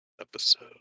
episode